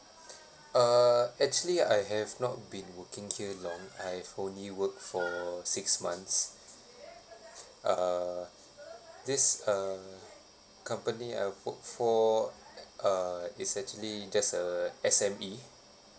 uh actually I have not been working here long I've only work for six months uh this uh company I work for uh it's actually just a S_M_E